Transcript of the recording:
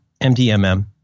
MDMM